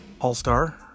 All-Star